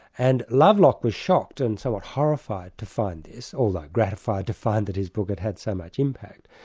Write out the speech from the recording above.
and lovelock was shocked and somewhat horrified to find this, although gratified to find that his book had had so much impact,